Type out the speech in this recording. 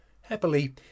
Happily